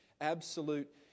absolute